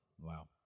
Wow